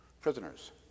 prisoners